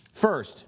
first